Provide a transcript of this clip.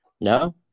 No